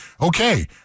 okay